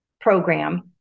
program